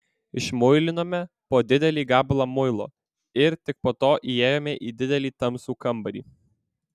išmuilinome po didelį gabalą muilo ir tik po to įėjome į didelį tamsų kambarį